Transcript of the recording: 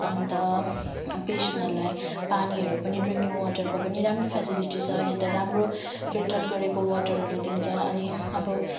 अन्त पेसेन्टहरूलाई पानीहरू पनि ड्रिङकिङ वाटरको पनि राम्रो फ्यासिलिटिस् छ अहिले त राम्रो फिल्टर्ड गरेको वाटरहरू दिन्छ अनि अब